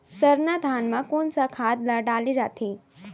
सरना धान म कोन सा खाद ला डाले जाथे?